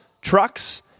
trucks